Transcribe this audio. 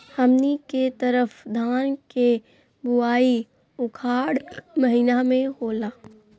हमनी के तरफ धान के बुवाई उखाड़ महीना में होला